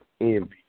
envy